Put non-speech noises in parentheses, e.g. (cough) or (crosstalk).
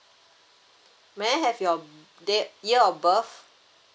may I have your (noise) date year of birth